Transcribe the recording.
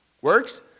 Works